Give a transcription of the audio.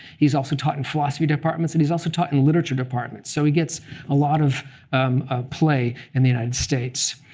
he's also taught in philosophy departments. and he's also taught in literature departments. so he gets a lot of ah play in the united states.